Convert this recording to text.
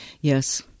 Yes